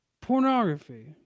pornography